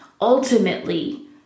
ultimately